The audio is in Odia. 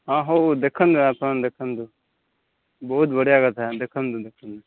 ହଁ ହଉ ଦେଖନ୍ତୁ ଆପଣ ଦେଖନ୍ତୁ ବହୁତ ବଢ଼ିଆ କଥା ଦେଖନ୍ତୁ ଦେଖନ୍ତୁ